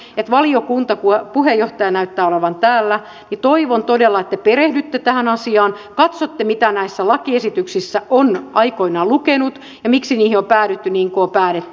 toivon todella että valiokunnassa puheenjohtaja näyttää olevan täällä te perehdytte tähän asiaan katsotte mitä näissä lakiesityksissä on aikoinaan lukenut ja miksi niihin on päädytty niin kuin on päädytty